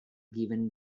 given